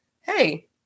hey